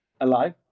alive